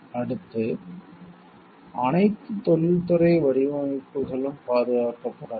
அடுத்து அனைத்து தொழில்துறை வடிவமைப்புகளும் பாதுகாக்கப்படலாம்